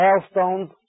hailstones